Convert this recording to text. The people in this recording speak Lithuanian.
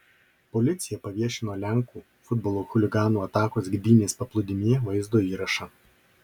policija paviešino lenkų futbolo chuliganų atakos gdynės paplūdimyje vaizdo įrašą